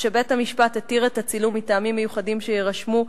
או שבית-המשפט התיר את הצילום מטעמים מיוחדים שיירשמו,